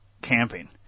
camping